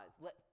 Let